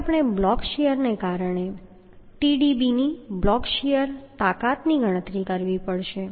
હવે આપણે બ્લોક શીયરને કારણે Tdb ની બ્લોક શીયર તાકાતની ગણતરી કરવી પડશે